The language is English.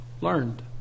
learned